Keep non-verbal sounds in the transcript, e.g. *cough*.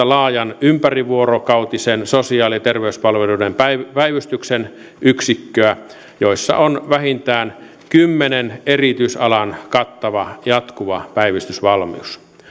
*unintelligible* laajan ympärivuorokautisen sosiaali ja terveyspalveluiden päivystyksen yksikköä joissa on vähintään kymmenen erityisalan kattava jatkuva päivystysvalmius